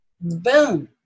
Boom